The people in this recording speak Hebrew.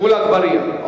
מול אגבאריה.